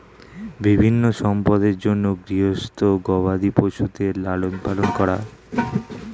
বিভিন্ন সম্পদের জন্যে গৃহস্থ গবাদি পশুদের লালন পালন করা হয়